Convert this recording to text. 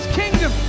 kingdom